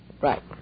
right